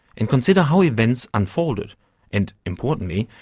and consider how events unfolded and, importantly,